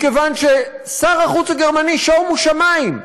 מכיוון ששר החוץ הגרמני, שומו שמים,